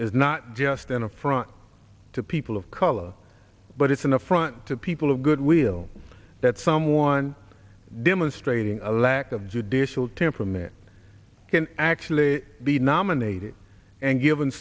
is not just an affront to people of color but it's an affront to people of good will that someone demonstrating a lack of judicial temperament can actually be nominated and given